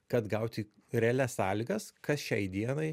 kad gauti realias sąlygas kas šiai dienai